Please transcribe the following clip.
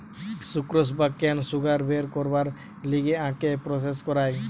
sucrose বা cane sugar বের করবার লিগে আখকে প্রসেস করায়